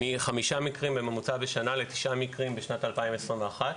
מחמישה מקרים בממוצע בשנה, לתשעה מקרים בשנת 2021,